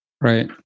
Right